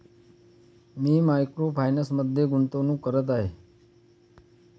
मी मायक्रो फायनान्समध्ये गुंतवणूक करत आहे